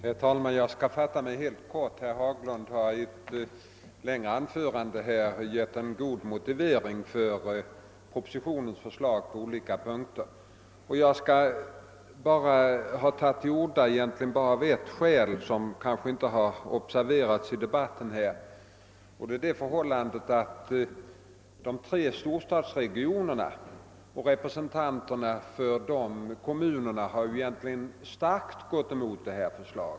Herr talman! Jag skall fatta mig mycket kort. Herr Haglund har i ett längre anförande givit en god motivering för propositionens förslag på olika punkter, och jag tar egentligen till orda bara av ett skäl som kanske inte har observerats i debatten. Det är det förhållandet att de tre storstadsregionerna och representanterna för kommunerna inom dem kraftigt gått emot förslaget.